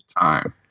time